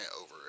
over